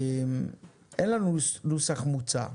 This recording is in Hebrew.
אין לנו נוסח מוצע,